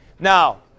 Now